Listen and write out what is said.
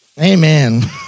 Amen